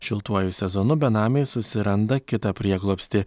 šiltuoju sezonu benamiai susiranda kitą prieglobstį